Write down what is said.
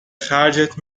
خرجت